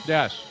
Yes